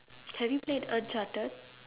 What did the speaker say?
have you played earned charter